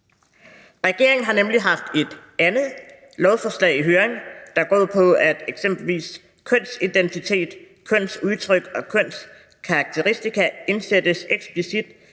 Regeringen har nemlig haft et andet lovforslag i høring, der går på, at eksempelvis kønsidentitet, kønsudtryk og kønskarakteristika indsættes eksplicit